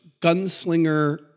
Gunslinger